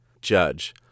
Judge